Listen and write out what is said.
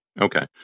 Okay